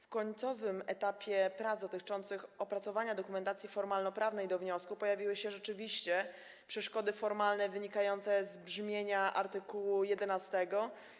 W końcowym etapie prac dotyczących opracowania dokumentacji formalnoprawnej do wniosku pojawiły się rzeczywiście przeszkody formalne wynikające z brzmienia art. 11